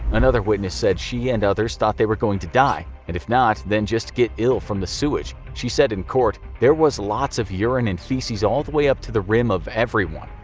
another witness said she and others thought they were going to die, and if not, then just get ill from the sewage. she said in court, there was lots of urine and feces all the way up to the rim of everyone.